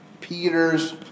Peter's